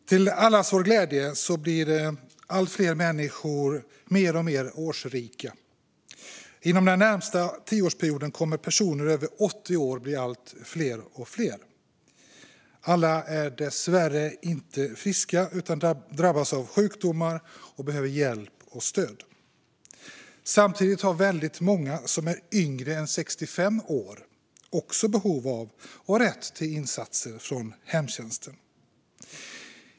Till allas vår glädje blir allt fler människor mer och mer årsrika. Inom den närmaste tioårsperioden kommer personerna över 80 år att bli fler och fler. Alla är dessvärre inte friska utan drabbas av sjukdomar och behöver hjälp och stöd. Samtidigt har väldigt många som är yngre än 65 år också behov av och rätt till insatser från hemtjänsten.